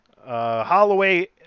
Holloway